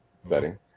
setting